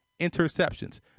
interceptions